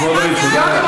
סמוטריץ, תודה רבה.